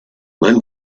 man